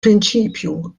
prinċipju